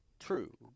True